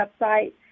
website